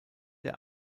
der